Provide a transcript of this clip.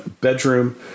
bedroom